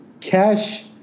cash